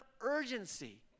urgency